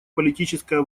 политическая